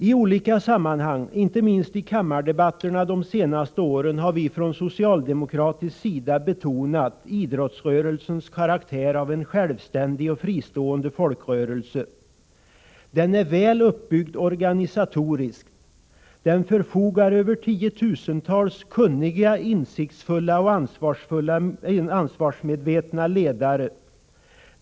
I olika sammanhang, inte minst i kammardebatterna de senaste åren, har vi socialdemokrater betonat idrottsrörelsens karaktär av en självständig och fristående folkrörelse. Den är väl uppbyggd organisatoriskt. Den förfogar över tiotusentals kunniga, insiktsfulla och ansvarsmedvetna ledare.